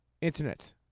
Internet